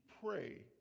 pray